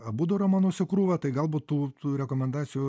abudu romanus į krūvą tai galbūt tų tų rekomendacijų